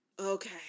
okay